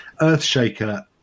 Earthshaker